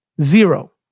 Zero